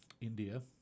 India